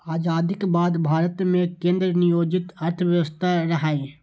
आजादीक बाद भारत मे केंद्र नियोजित अर्थव्यवस्था रहै